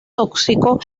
tóxico